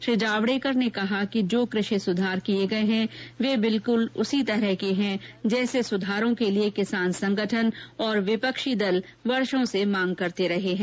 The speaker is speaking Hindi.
श्री जावड़ेकर ने कहा कि जो कृषि सुधार किये गये हैं वे बिलक्ल उसी तरह के हैं जैसे सुधारों के लिए किसान संगठन और विपक्षी दल वर्षो से मांग करते रहे हैं